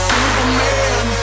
Superman